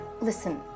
Listen